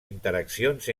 interaccions